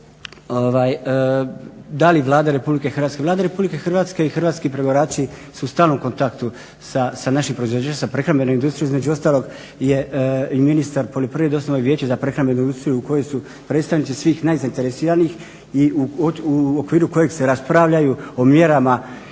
da li Vlada RH, Vlada RH i hrvatski pregovarači su u stalnom kontaktu sa našim proizvođačima, sa prehrambenom industrijom između ostalog je i ministar poljoprivrede osnovao Vijeće za prehrambenu industriju u kojoj su predstavnici svih najzaineresiranijih i u okviru kojeg se raspravljaju o mjerama